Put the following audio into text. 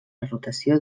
rotació